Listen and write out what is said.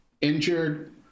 injured